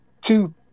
two